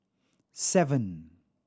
seven